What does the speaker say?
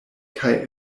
kaj